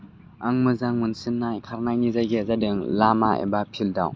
आं मोजां मोनसिन्नाय खामानि जायगाया जादों लामा एबा फिल्डआव